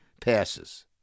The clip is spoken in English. passes